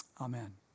Amen